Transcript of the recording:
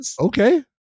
Okay